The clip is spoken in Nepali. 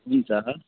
हुन्छ